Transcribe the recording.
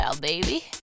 baby